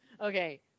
okay